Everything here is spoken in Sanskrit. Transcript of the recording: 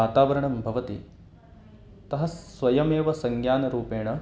वातावरणं भवति तः सः स्वयमेव संज्ञानरूपेण